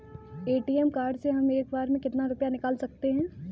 ATM card से हम एक बार में कितना रुपया निकाल सकते हैं?